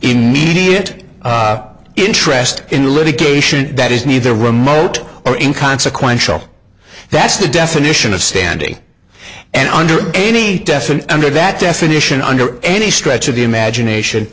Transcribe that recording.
immediate interest in litigation that is neither remote or inconsequential that's the definition of standing and under any definite under that definition under any stretch of the imagination